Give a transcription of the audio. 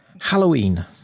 Halloween